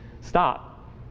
stop